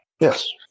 Yes